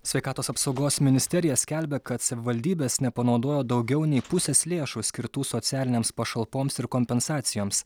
sveikatos apsaugos ministerija skelbia kad savivaldybės nepanaudojo daugiau nei pusės lėšų skirtų socialinėms pašalpoms ir kompensacijoms